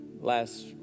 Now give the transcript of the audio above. last